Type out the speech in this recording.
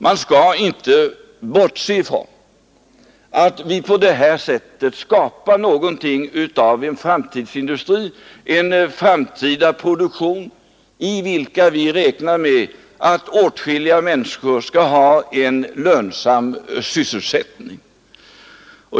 Man skall inte bortse ifrån att vi på det här sättet skapar någonting av en framtidsindustri, en framtida produktion, i vilken vi räknar med att åtskilliga människor skall ha en lönsam sysselsättning.